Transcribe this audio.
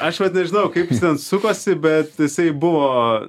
aš vat nežinau kaip jis ten sukosi bet jisai buvo